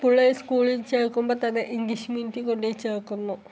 പിള്ളേരെ സ്കൂളിൽ ചേർക്കുമ്പം തന്നെ ഇംഗ്ലീഷ് മീഡിയത്തിൽ കൊണ്ട് പോയി ചേർക്കുന്നു